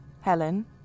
Helen